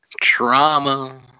trauma